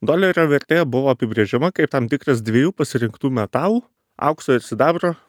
dolerio vertė buvo apibrėžiama kaip tam tikras dviejų pasirinktų metalų aukso ir sidabro